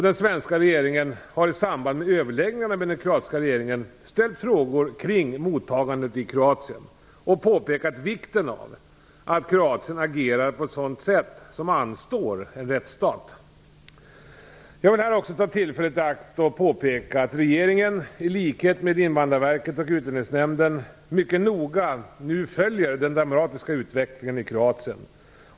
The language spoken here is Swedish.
Den svenska regeringen har i samband med överläggningarna med den kroatiska regeringen ställt frågor kring mottagandet i Kroatien och påpekat vikten av att Kroatien agerar på ett sätt som anstår en rättsstat. Jag vill här också ta tillfället i akt att påpeka att regeringen, i likhet med Invandrarverket och Utlänningsnämnden, mycket noga följer den dramatiska utvecklingen i Kroatien.